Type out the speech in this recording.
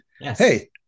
Hey